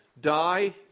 die